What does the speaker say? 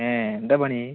ഏഹ് എന്താണ് പണി